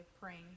praying